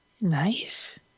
Nice